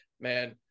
man